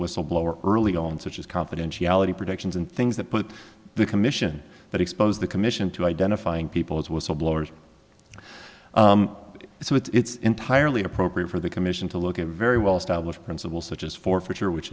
whistleblower early on such as confidentiality protections and things that put the commission that expose the commission to identifying people as whistleblowers so it's entirely appropriate for the commission to look at a very well established principle such as forfeiture which